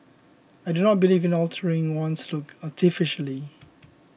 I do not believe in altering one's looks artificially